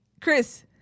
Chris